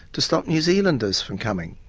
to stop new zealanders from coming.